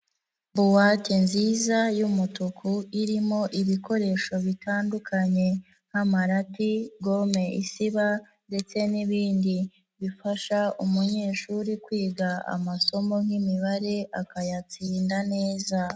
Bowate nziza y'umutuku irimo ibikoresho bitandukanye, nk'amarati, gome isiba ndetse n'ibindi bifasha umunyeshuri kwiga amasomo nk'imibare akayatsinda neza.